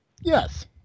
Yes